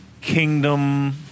Kingdom